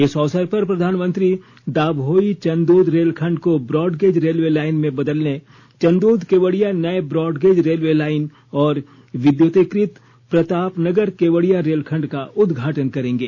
इस अवसर पर प्रधानमंत्री दाभोई चंदोद रेलखंड को ब्रॉड गेज रेलवे लाइन में बदलने चंदोद केवडिया नए ब्रॉड गेज रेलवे लाइन और विद्युतीकृत प्रतापनगर केवड़िया रेलखंड का उदघाटन करेंगे